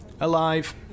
Alive